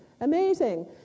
amazing